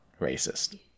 racist